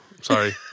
Sorry